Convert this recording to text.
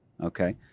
okay